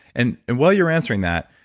and and while you were answering that,